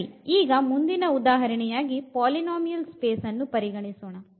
ಸರಿ ಈಗ ಮುಂದಿನ ಉದಾಹರಣೆಯಾಗಿ ಪಾಲಿನೋಮಿಯಲ್ ಸ್ಪೇಸ್ ಅನ್ನು ಪರಿಗಣಿಸೋಣ